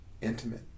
intimate